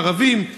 ערבים,